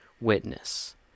witness